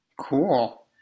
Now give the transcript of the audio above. Cool